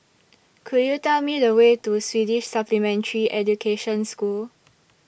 Could YOU Tell Me The Way to Swedish Supplementary Education School